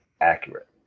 accurate